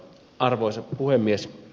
arvoisa puhemies